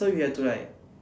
so you have to like